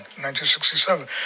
1967